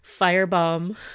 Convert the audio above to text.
firebomb